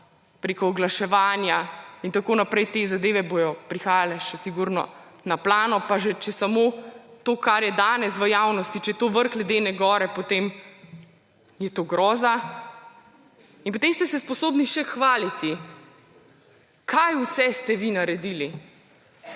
preko oglaševanja, in tako naprej. Te zadeve bodo prihajale še sigurno na plano. Pa že, če samo to, kar je danes v javnosti, če je to vrh ledene gore, potem je to groza. In potem ste se sposobni še hvaliti, kaj vse ste vi naredili